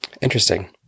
interesting